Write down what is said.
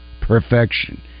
perfection